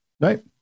Right